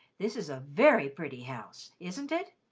this is a very pretty house, isn't it?